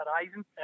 horizon